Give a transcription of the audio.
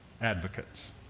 advocates